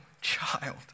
child